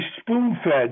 spoon-fed